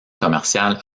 commerciale